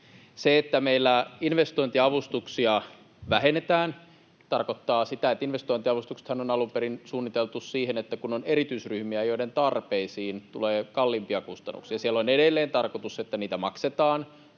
Se, että meillä investointiavustuksia vähennetään, tarkoittaa sitä, että kun investointiavustuksethan on alun perin suunniteltu siihen, että on erityisryhmiä, joiden tarpeisiin tulee kalliimpia kustannuksia, niin on edelleen tarkoitus, että siellä niitä maksetaan,